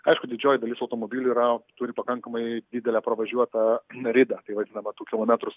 aišku didžioji dalis automobilių yra turi pakankamai didelę pravažiuotą ridą tai vadinamą tų kilometrų